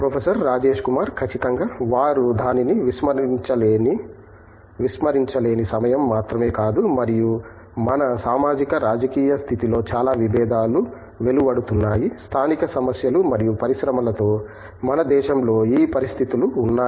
professor Rajesh Kumar ఖచ్చితంగా వారు దానిని విస్మరించలేని సమయం మాత్రమే కాదు మరియు మన సామాజిక రాజకీయ స్థితిలో చాలా విభేదాలు వెలువడుతున్నాయి స్థానిక సమస్యలు మరియు పరిశ్రమలతో మన దేశంలో ఈ పరిస్థితులు ఉన్నాయి